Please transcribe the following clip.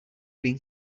been